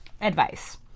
advice